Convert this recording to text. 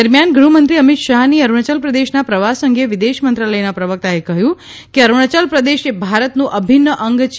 દરમિયાન ગૃહમંત્રી અમીત શાહની અરૂણાયલ પ્રદેશના પ્રવાસ અંગે વિદેશ મંત્રાલયના પ્રવક્તાએ કહ્યું કે અરુણાયલ પ્રદેશ એ ભારતનું અભિન્ન અંગ છે